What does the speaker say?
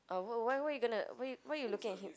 oh why why you gonna why you why you looking at him